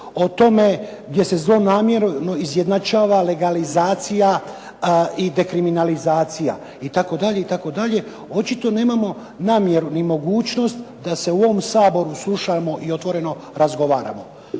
o tome gdje se zlonamjerno izjednačava legalizacija i dekriminalizacija itd., itd., očito nemamo namjeru ni mogućnost da se u ovom Saboru slušamo i otvoreno razgovaramo.